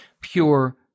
pure